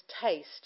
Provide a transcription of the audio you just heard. taste